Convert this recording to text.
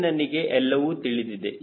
ಈಗ ನನಗೆ ಎಲ್ಲವೂ ತಿಳಿದಿದೆ